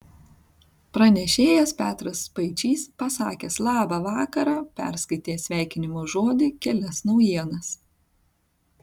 pranešėjas petras spaičys pasakęs labą vakarą perskaitė sveikinimo žodį kelias naujienas